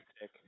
sick